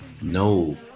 No